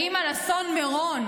האם על אסון מירון,